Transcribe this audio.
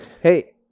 Hey